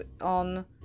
on